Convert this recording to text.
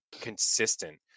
consistent